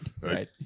Right